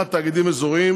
בהקמת תאגידים אזוריים,